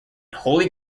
holy